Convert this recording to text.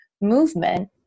movement